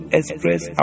express